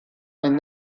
and